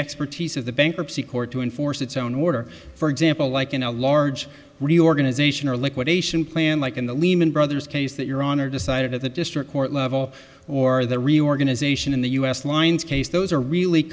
expertise of the bankruptcy court to enforce its own order for example like in a large reorganization or a liquidation plan like in the lehman brothers case that your honor decided at the district court level or the reorganization in the us lines case those are really